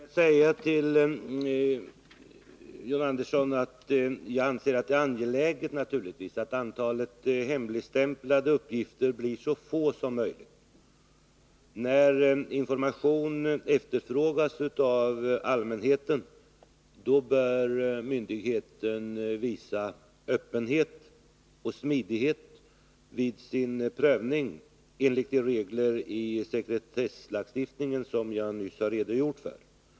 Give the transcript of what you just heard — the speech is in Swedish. Herr talman! Får jag säga till John Andersson att jag naturligtvis anser att det är angeläget att antalet hemligstämplade uppgifter blir så litet som möjligt. När information efterfrågas av allmänheten bör myndigheten visa öppenhet och smidighet vid sin prövning, enligt de regler i sekretesslagstiftningen som jag nyss har redogjort för.